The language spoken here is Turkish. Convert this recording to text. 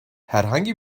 herhangi